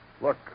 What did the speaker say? Look